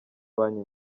banki